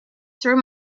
through